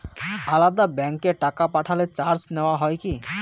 আলাদা ব্যাংকে টাকা পাঠালে চার্জ নেওয়া হয় কি?